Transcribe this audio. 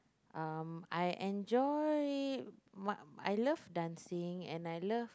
um I enjoy my I love dancing and I love